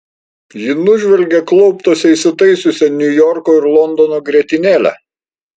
ji nužvelgė klauptuose įsitaisiusią niujorko ir londono grietinėlę